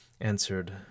answered